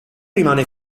rimane